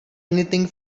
anything